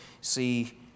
see